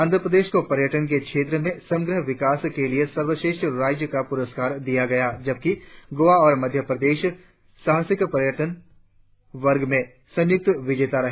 आंध्रप्रदेश को पर्यटन के क्षेत्र में समग्र विकास के लिए सर्वश्रेष्ठ राज्य का पुरस्कार दिया गया जबकि गोआ और मध्यप्रदेश साहसिक पर्य्टन वर्ग में संयुक्त विजेता रहे